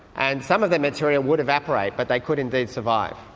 and some of the material would evaporate but they could indeed survive.